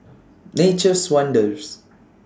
Nature's Wonders